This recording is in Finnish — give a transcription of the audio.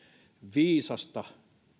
viisasta